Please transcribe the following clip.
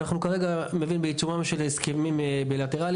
אנחנו כרגע נמצאים בעיצומם של חתימת הסכמים בילטרליים,